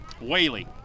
Whaley